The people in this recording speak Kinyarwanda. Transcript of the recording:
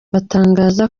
batangaza